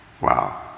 Wow